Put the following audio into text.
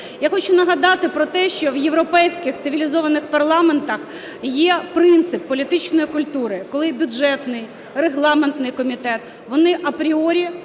Я хочу нагадати про те, що в європейських цивілізованих парламентах є принцип політичної культури, коли бюджетний, регламентний комітети, вони апріорі